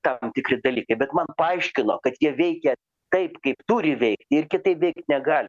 tam tikri dalykai bet man paaiškino kad jie veikia taip kaip turi veikt ir kitaip veikt negali